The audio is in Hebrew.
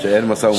שאין משא-ומתן.